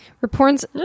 reports